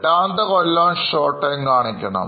എട്ടാമത്തെ കൊല്ലം short trem കാണിക്കണം